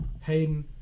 Hayden